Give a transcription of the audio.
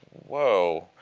whoa,